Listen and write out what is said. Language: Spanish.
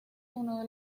uno